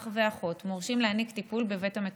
אח ואחות מורשים להעניק טיפול בבית המטופל.